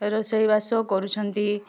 ରୋଷେଇ ବାସ କରୁଛନ୍ତି